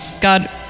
God